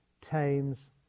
tames